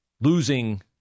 losing